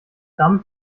damit